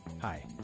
Hi